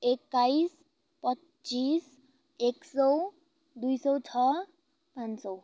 एक्काइस पच्चिस एक सौ दुई सौ छ पाँच सौ